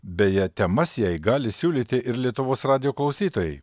beje temas jai gali siūlyti ir lietuvos radijo klausytojai